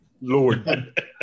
Lord